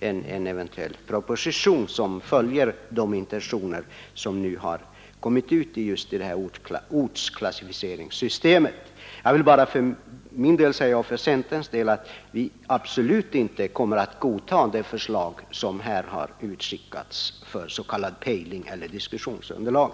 en proposition som följer de intentioner vilka nu kommit till uttryck i ortsklassificeringssystemet. Jag vill bara för mitt och för centerns vidkommande deklarera att vi absolut inte kommer att godta de förslag som är utskickade som ett slags pejling eller som ett diskussionsunderlag.